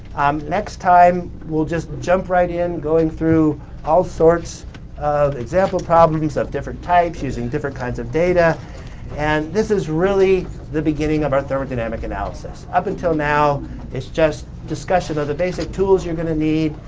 um next time we'll just jump right in going through all sorts of example problems of different types, using different kinds of data and this is really the beginning of our third dynamic analysis. up until now it's just discussion of the basic tools you're going to need,